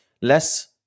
less